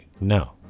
No